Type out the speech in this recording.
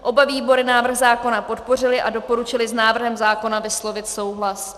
Oba výbory návrh zákona podpořily a doporučily s návrhem zákona vyslovit souhlas.